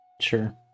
Sure